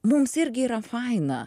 mums irgi yra faina